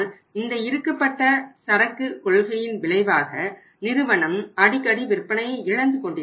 ஆனால் இந்த இறுக்கப்பட்ட சரக்கு கொள்கையின் விளைவாக நிறுவனம் அடிக்கடி விற்பனையை இழந்து கொண்டிருக்கிறது